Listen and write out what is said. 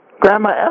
Grandma